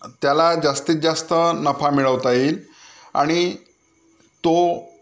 त्याला जास्तीत जास्त नफा मिळवता येईल आणि तो